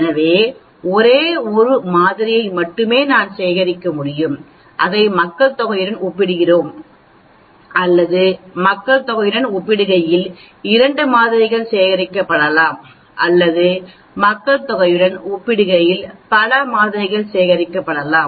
எனவே ஒரே ஒரு மாதிரியை மட்டுமே நாம் சேகரிக்க முடியும் அதை மக்கள்தொகையுடன் ஒப்பிடுகிறோம் அல்லது மக்கள்தொகையுடன் ஒப்பிடுகையில் இரண்டு மாதிரிகள் சேகரிக்கப்படலாம் அல்லது மக்கள்தொகையுடன் ஒப்பிடுகையில் பல மாதிரிகள் சேகரிக்கப்படலாம்